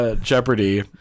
Jeopardy